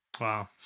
Wow